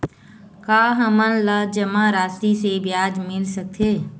का हमन ला जमा राशि से ब्याज मिल सकथे?